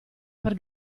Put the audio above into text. per